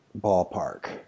ballpark